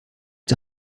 die